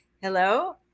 Hello